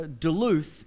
Duluth